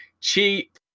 cheap